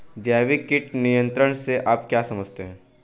जैविक कीट नियंत्रण से आप क्या समझते हैं?